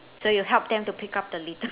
so you help them to pick up the litter